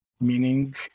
meaning